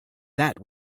that